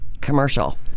commercial